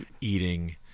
eating